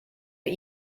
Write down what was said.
but